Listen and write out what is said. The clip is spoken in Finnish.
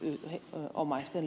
yhtyneitten omaisten